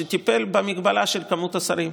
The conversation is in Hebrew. שטיפל במגבלה של כמות השרים.